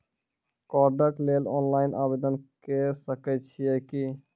कार्डक लेल ऑनलाइन आवेदन के सकै छियै की?